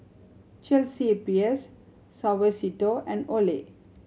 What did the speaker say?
Chelsea Peers Suavecito and Olay